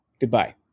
Goodbye